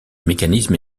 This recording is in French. mécanisme